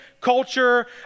culture